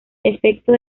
efecto